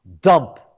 dump